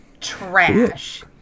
trash